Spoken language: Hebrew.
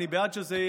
אני בעד שזה,